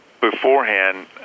beforehand